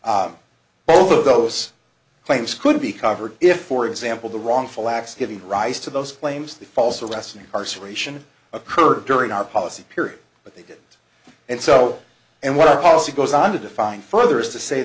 both of those claims could be covered if for example the wrongful acts giving rise to those claims the false arrest and incarceration occurred during our policy period but they did and so and what our policy goes on to define further is to say